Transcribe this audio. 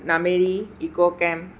Nameri eco camp